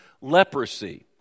leprosy